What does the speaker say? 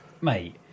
mate